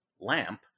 lamp